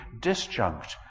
disjunct